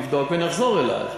נבדוק ונחזור אלייך,